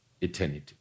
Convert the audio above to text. eternity